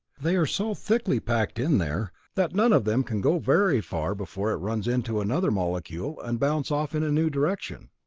they are so thickly packed in there, that none of them can go very far before it runs into another molecule and bounces off in a new direction.